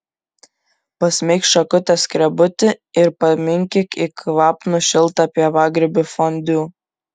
pasmeik šakute skrebutį ir paminkyk į kvapnų šiltą pievagrybių fondiu